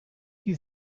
you